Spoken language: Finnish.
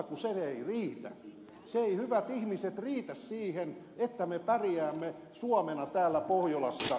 se ei hyvät ihmiset riitä siihen että me pärjäämme suomena täällä pohjolassa